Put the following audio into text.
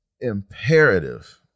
imperative